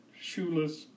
shoeless